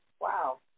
wow